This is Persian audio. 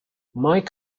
مایک